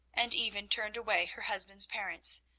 and even turned away her husband's parents,